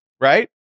right